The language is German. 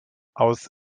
aus